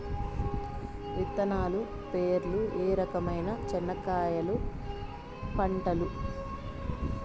విత్తనాలు పేర్లు ఏ రకమైన చెనక్కాయలు పంటలు?